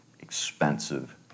expensive